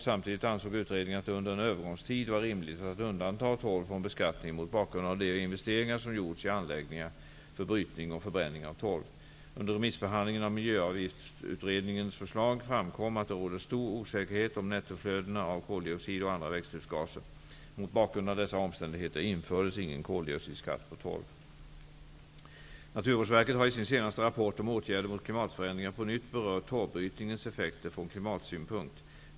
Samtidigt ansåg utredningen att det under en övergångsperiod var rimligt att undanta torv från beskattning mot bakgrund av de investeringar som gjorts i anläggningar för brytning och förbränning av torv. Under remissbehandlingen av Miljöavgiftsutredningens förslag framkom att det råder stor osäkerhet om nettoflödena av koldioxid och andra växthusgaser. Mot bakgrund av dessa omständigheter infördes ingen koldioxidskatt på torv. Naturvårdsverket har i sin senaste rappport om åtgärder mot klimatförändringar på nytt berört torvbrytningens effekter från klimatsynpunkt.